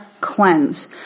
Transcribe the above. cleanse